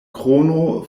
krono